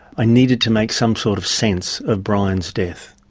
i needed to make some sort of sense of bryan's death.